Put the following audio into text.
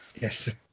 Yes